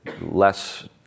less